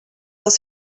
dels